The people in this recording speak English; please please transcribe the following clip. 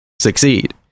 succeed